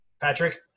Patrick